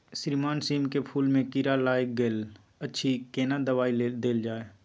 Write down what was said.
श्रीमान सीम के फूल में कीरा लाईग गेल अछि केना दवाई देल जाय?